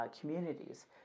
communities